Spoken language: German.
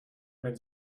wenn